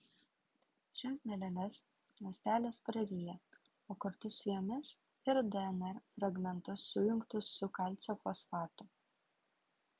šias daleles ląstelės praryja o kartu su jomis ir dnr fragmentus sujungtus su kalcio fosfatu